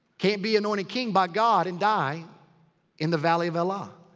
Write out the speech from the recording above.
can't be anointed king by god and die in the valley of elah.